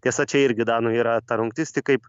tiesa čia irgi dano yra ta rungtis tik kaip